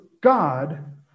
God